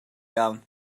iawn